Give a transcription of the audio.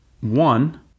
one